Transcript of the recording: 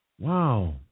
wow